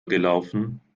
gelaufen